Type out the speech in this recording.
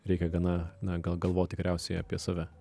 reikia gana na gal galvoti geriausiai apie save